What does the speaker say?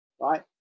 right